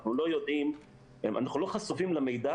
אנחנו לא חשופים למידע,